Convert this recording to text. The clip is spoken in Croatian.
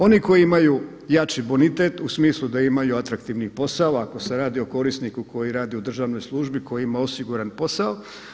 Oni koji imaju jači bonitet u smislu da imaju atraktivni posao ako se radi o korisniku koji radi u državnoj službi, koji ima osiguran posao.